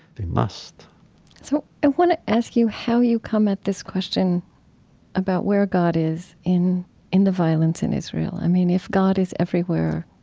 must so i want to ask you how you come at this question about where god is in in the violence in israel. i mean, if god is everywhere,